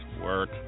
work